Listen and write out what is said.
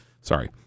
sorry